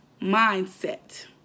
mindset